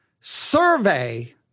survey